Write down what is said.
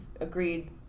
agreed